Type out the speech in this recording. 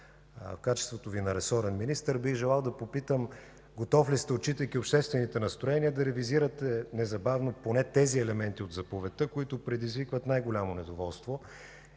В качеството Ви на ресорен министър бих желал да попитам: готов ли сте, отчитайки обществените настроения, да ревизирате незабавно поне тези елементи от заповедта, които предизвикват най-голямо недоволство,